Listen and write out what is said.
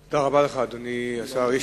תודה, אדוני השר.